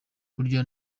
kurya